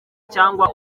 cyangwa